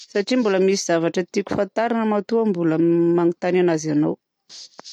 Satria mbola misy zavatra tiako fantarina matoa aho mbola manontany an'azy anao.